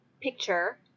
picture